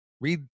read